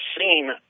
seen